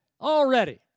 already